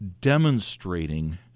demonstrating